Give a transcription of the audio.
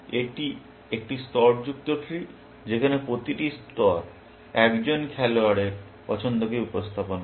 এটি একটি স্তরযুক্ত ট্রি যেখানে প্রতিটি স্তর একজন খেলোয়াড়ের পছন্দকে উপস্থাপন করে